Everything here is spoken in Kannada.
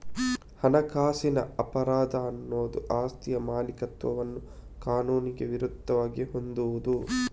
ಹಣಕಾಸಿನ ಅಪರಾಧ ಅನ್ನುದು ಆಸ್ತಿಯ ಮಾಲೀಕತ್ವವನ್ನ ಕಾನೂನಿಗೆ ವಿರುದ್ಧವಾಗಿ ಹೊಂದುವುದು